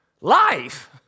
life